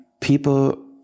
people